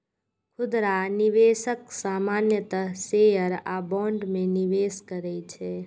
खुदरा निवेशक सामान्यतः शेयर आ बॉन्ड मे निवेश करै छै